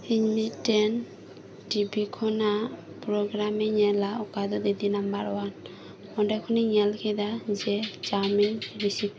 ᱤᱧ ᱢᱤᱫᱴᱮᱱ ᱴᱤᱵᱷᱤ ᱠᱷᱚᱱᱟᱜ ᱯᱨᱳᱜᱽᱨᱟᱢᱤᱧ ᱧᱮᱞᱟ ᱚᱠᱟ ᱫᱚ ᱫᱤᱫᱤ ᱱᱟᱢᱵᱟᱨ ᱳᱭᱟᱱ ᱚᱸᱰᱮ ᱠᱷᱚᱱᱮᱧ ᱧᱮᱞ ᱠᱮᱫᱟ ᱡᱮ ᱪᱟᱣᱢᱤᱱ ᱨᱮᱥᱤᱯᱤ